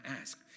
ask